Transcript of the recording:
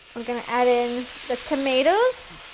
i'm going to add in the tomatoes,